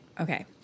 okay